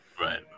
Right